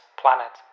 planet